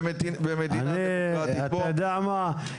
אתה יודע מה,